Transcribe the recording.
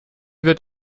wird